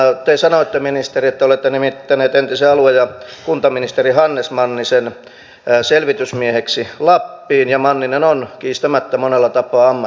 te sanoitte ministeri että olette nimittänyt entisen alue ja kuntaministeri hannes mannisen selvitysmieheksi lappiin ja manninen on kiistämättä monella tapaa ammattimies